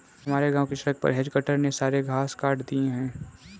हमारे गांव की सड़क पर हेज कटर ने सारे घास काट दिए हैं